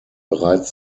bereits